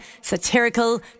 satirical